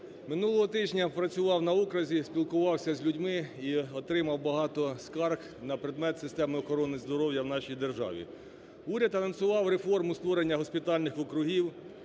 Минулого тижня я працював на окрузі, спілкувався з людьми і отримав багато скарг на предмет системи охорони здоров'я у нашій державі. Уряд анонсував реформу створення госпітальних округів.